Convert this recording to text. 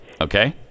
Okay